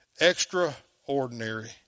Extraordinary